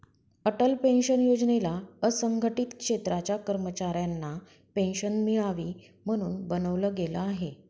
Atal pension योजनेला असंघटित क्षेत्राच्या कर्मचाऱ्यांना पेन्शन मिळावी, म्हणून बनवलं गेलं आहे